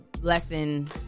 lesson